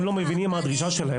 הם לא מבינים מה הדרישה שלהם.